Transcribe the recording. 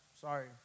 sorry